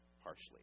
harshly